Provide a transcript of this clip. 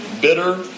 bitter